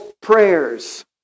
prayers